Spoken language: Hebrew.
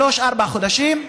שלושה-ארבעה חודשים,